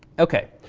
ok.